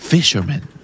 Fisherman